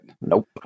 Nope